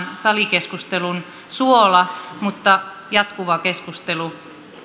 salikeskustelun suola mutta jatkuva keskustelu